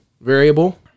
variable